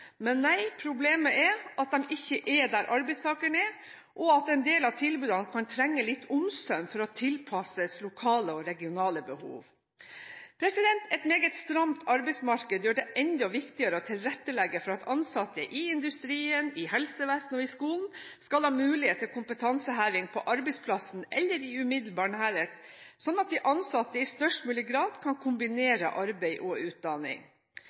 men nei, problemet er at de ikke er der arbeidstakerne er, og at en del av tilbudene kan trenge litt omsøm for å tilpasses lokale og regionale behov. Et meget stramt arbeidsmarked gjør det enda viktigere å tilrettelegge for at ansatte i industrien, i helsevesenet og i skolen skal ha mulighet til kompetanseheving på arbeidsplassen eller i umiddelbar nærhet, slik at de ansatte i størst mulig grad kan kombinere arbeid og utdanning.